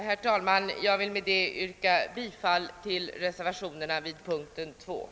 Herr talman! Jag vill med detta yrka bifall till reservationerna 2a och 2b vid punkten 14.